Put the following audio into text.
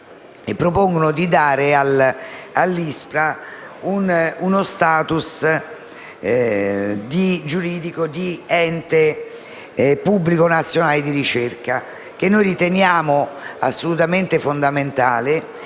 propongono di dare all'ISPRA uno *status* giuridico di ente pubblico nazionale di ricerca, *status* che riteniamo assolutamente fondamentale,